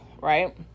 right